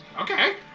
okay